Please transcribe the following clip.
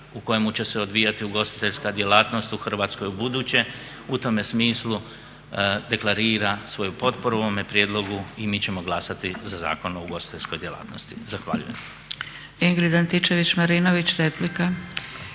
u kojemu će se odvijati ugostiteljska djelatnost u Hrvatskoj ubuduće u tome smislu deklarira svoju potporu ovome prijedlogu i mi ćemo glasati za Zakon o ugostiteljskoj djelatnosti. Zahvaljujem.